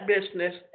business